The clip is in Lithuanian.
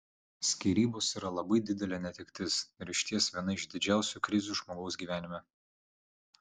skyrybos yra labai didelė netektis ir išties viena iš didžiausių krizių žmogaus gyvenime